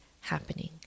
happening